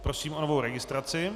Prosím o novou registraci.